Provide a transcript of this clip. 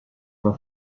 una